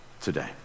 today